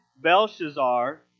Belshazzar